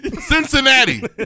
Cincinnati